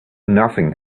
nothing